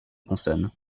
consonnes